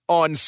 on